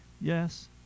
yes